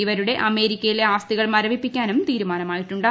ഇവർടെ അമേരിക്കയിലെ ആസ്തികൾ മരവിപ്പിക്കാനും തീരുമിന്ന്മാ്യിട്ടുണ്ട്